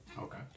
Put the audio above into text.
Okay